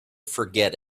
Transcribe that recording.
forget